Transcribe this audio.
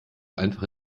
einfach